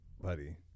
buddy